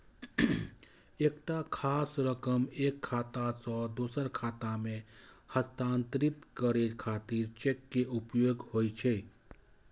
एकटा खास रकम एक खाता सं दोसर खाता मे हस्तांतरित करै खातिर चेक के उपयोग होइ छै